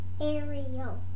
Ariel